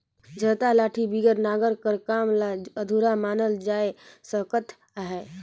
इरता लाठी बिगर नांगर कर काम ल अधुरा मानल जाए सकत अहे